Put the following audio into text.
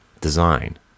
design